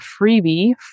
freebie